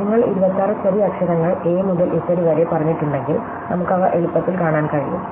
നിങ്ങൾ 26 ചെറിയ അക്ഷരങ്ങൾ a മുതൽ z വരെ പറഞ്ഞിട്ടുണ്ടെങ്കിൽ നമുക്ക് അവ എളുപ്പത്തിൽ കാണാൻ കഴിയും